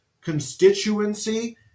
constituency